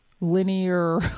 linear